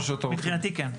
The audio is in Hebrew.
מבחינתי כן.